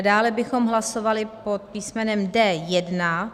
Dále bychom hlasovali pod písmenem D1.